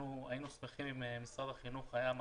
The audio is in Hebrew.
היינו שמחים אם משרד החינוך היה גם הוא